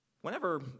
Whenever